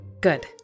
Good